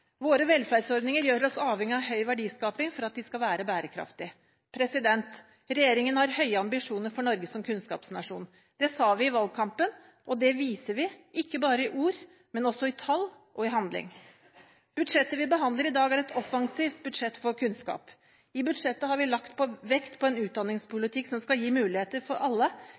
Våre velferdsordninger gjør oss avhengig av høy verdiskaping for at de skal være bærekraftige. Regjeringen har høye ambisjoner for Norge som kunnskapsnasjon. Det sa vi i valgkampen, og det viser vi ikke bare i ord, men også i tall og i handling. Budsjettet vi behandler i dag, er et offensivt budsjett for kunnskap. I budsjettet har vi lagt vekt på en utdanningspolitikk som skal gi muligheter for alle.